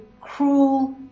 cruel